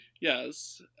Yes